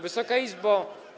Wysoka Izbo!